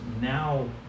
now